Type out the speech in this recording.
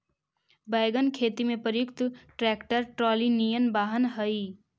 wagon खेती में प्रयुक्त ट्रैक्टर ट्रॉली निअन वाहन हई